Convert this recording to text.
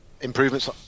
improvements